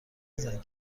نزن